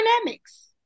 dynamics